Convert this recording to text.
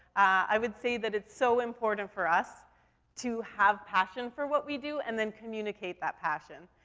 i would say that it's so important for us to have passion for what we do, and then communicate that passion.